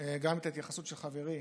גם את ההתייחסות של חברי